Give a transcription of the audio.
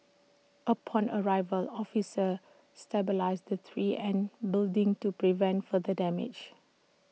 upon arrival officers stabilised the tree and building to prevent further damage